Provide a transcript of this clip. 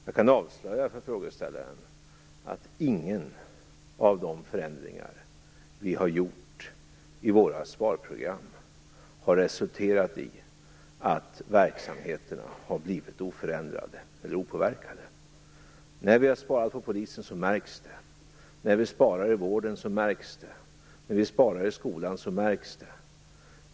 Jag kan avslöja för frågeställaren att ingen av de förändringar som vi har gjort i våra sparprogram har resulterat i att verksamheterna har förblivit oförändrade eller opåverkade. När vi har sparat på polisen så märks det. När vi sparar i vården så märks det. När vi sparar i skolan så märks det.